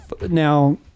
now